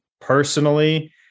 Personally